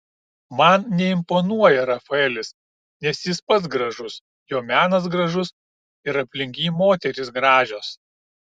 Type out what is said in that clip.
man neimponuoja rafaelis nes jis pats gražus jo menas gražus ir aplink jį moterys gražios